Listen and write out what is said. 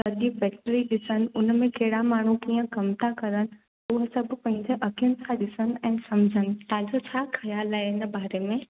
सॼी फैक्ट्री ॾिसण उनमें कहिड़ा माण्हू कीअं कम था कनि उओ सभु पंहिंजी अख़ियुनि खां ॾिसण ऐं सम्झनि तव्हांजो छा ख़्याल आहे इन बारे में